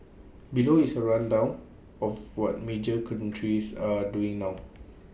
below is A rundown of what major countries are doing now